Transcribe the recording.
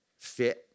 fit